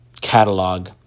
catalog